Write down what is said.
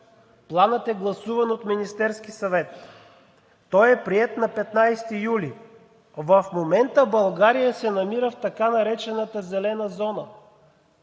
Планът е гласуван от Министерския съвет, той е приет на 15 юли. В момента България се намира в така наречената зелена зона.